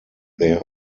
there